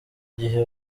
igihe